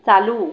चालू